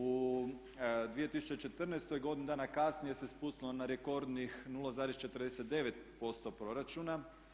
U 2014. godinu dana kasnije se spustilo na rekordnih 0,49% proračuna.